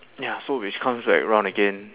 ya so which comes back around again